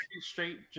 straight